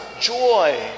joy